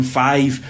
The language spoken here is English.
five